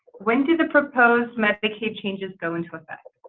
when do the proposed medicaid changes go into effect?